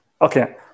Okay